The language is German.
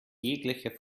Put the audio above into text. jeglicher